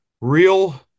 real